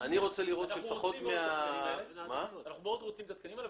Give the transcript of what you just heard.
אנחנו מאוד רוצים את התקנים האלה,